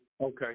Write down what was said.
Okay